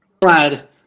glad